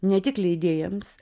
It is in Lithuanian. ne tik leidėjams